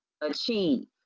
achieve